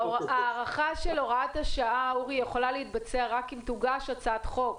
ההארכה של הוראת השעה יכולה להתבצע רק אם תוגש הצעת חוק.